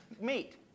Meet